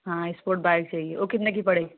हाँ sport bike चाहिए वह कितने की पड़ेगी